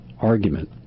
argument